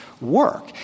work